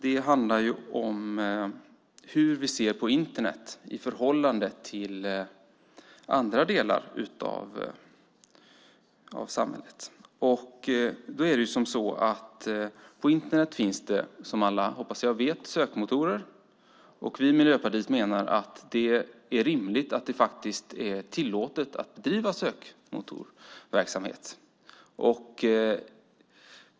De handlar om hur vi ser på Internet i förhållande till andra delar av samhället. På Internet finns, som jag hoppas alla vet, sökmotorer. Vi i Miljöpartiet menar att det är rimligt att det är tillåtet att bedriva sökmotorverksamhet.